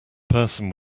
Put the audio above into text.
person